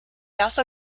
also